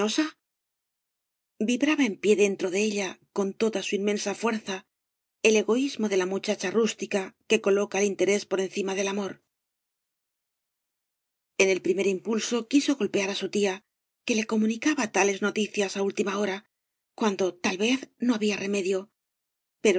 vibraba en pie dentro de ella con toda su inmensa fuerza el egoísmo de la muchacha rústica que coloca el interés por encima del amor en el primer impulso quigo golpear á su tía que le comunicaba tales noticias á última hora cuando tal vez no había remedio